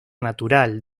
natural